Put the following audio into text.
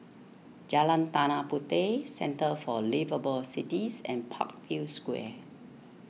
Jalan Tanah Puteh Centre for Liveable Cities and Parkview Square